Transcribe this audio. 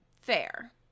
Fair